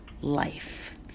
life